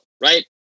right